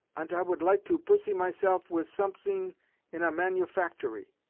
ant i would like to pusy myself wis somesing in a manufactory.